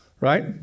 right